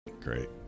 Great